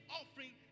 offering